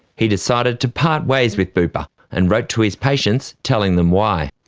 he decided to part ways with bupa, and wrote to his patients telling them why.